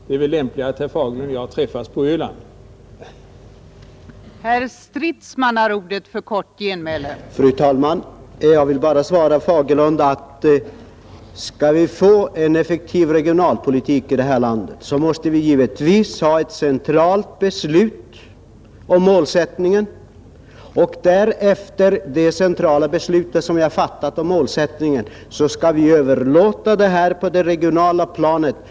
Det är väl lämpligare att herr Fagerlund och jag träffas på Öland och fortsätter diskussionen där.